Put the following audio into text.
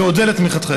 אודה על תמיכתכם.